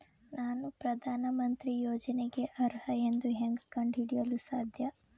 ನಾನು ಪ್ರಧಾನ ಮಂತ್ರಿ ಯೋಜನೆಗೆ ಅರ್ಹ ಎಂದು ಹೆಂಗ್ ಕಂಡ ಹಿಡಿಯಲು ಸಾಧ್ಯ?